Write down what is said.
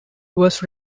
was